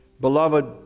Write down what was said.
Beloved